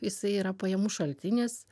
jisai yra pajamų šaltinis